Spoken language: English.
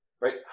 Right